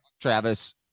Travis